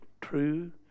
true